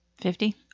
Fifty